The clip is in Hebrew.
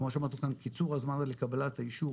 כמו שאמרתי כאן קיצור הזמן לקבלת האישור,